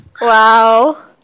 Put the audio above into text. wow